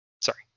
sorry